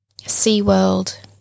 SeaWorld